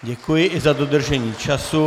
Děkuji i za dodržení času.